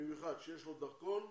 במיוחד שיש לו דרכון,